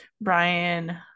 Brian